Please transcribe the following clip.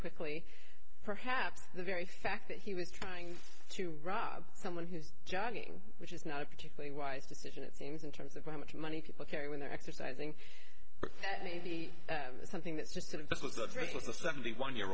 quickly perhaps the very fact that he was trying to rob someone who's jogging which is not a particularly wise decision it seems in terms of how much money people carry when they're exercising that may be something that's just sort of th